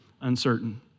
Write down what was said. uncertain